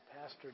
Pastor